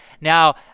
Now